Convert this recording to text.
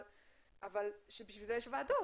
אבל בשביל זה יש ועדות,